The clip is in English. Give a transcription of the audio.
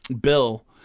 bill